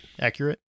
accurate